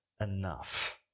enough